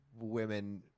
women